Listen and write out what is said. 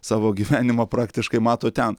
savo gyvenimą praktiškai mato ten